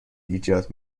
ایجاد